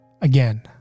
Again